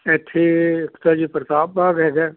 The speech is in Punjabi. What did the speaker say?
ਇੱਥੇ ਇੱਕ ਤਾਂ ਜੀ ਪ੍ਰਤਾਪ ਬਾਗ ਹੈਗਾ